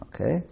Okay